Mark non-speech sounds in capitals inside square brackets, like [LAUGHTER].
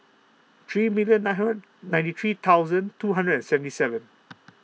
three million [UNINTELLIGIBLE] ninety three thousands two hundred and seventy seven